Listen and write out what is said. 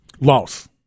Loss